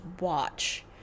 watch